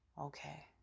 Okay